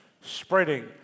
spreading